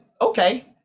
okay